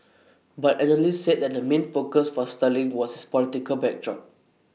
but analysts said that the main focus for sterling was its political backdrop